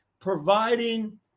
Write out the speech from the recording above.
providing